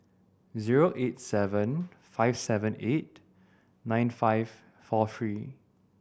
zero eight seven five seven eight nine five four three